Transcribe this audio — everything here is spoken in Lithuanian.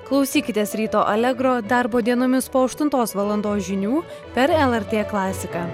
klausykitės ryto allegro darbo dienomis po aštuntos valandos žinių per lrt klasiką